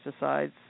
pesticides